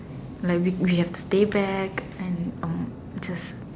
like we we have to stay back and um it's just